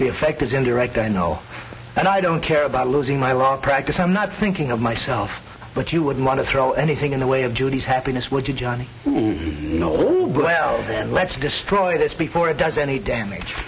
the effect is indirect i know and i don't care about losing my law practice i'm not thinking of myself but you wouldn't want to throw anything in the way of judy's happiness would you johnny you know well then let's destroy this before it does any damage